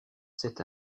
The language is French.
cet